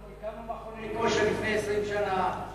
אנחנו הקמנו מכוני כושר לפני 20 שנה,